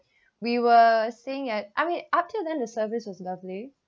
we were staying at I mean up till then the service was lovely